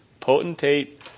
potentate